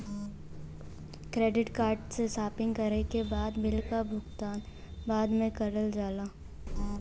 credit card से shopping करे के बाद बिल क भुगतान बाद में करल जाला